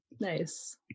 Nice